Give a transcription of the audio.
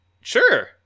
sure